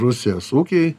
rusijos ūkiai